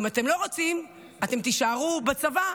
אם אתם לא רוצים אתם תישארו בצבא,